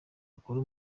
bakora